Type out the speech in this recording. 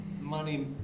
money